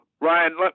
Ryan